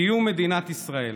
קיום מדינת ישראל,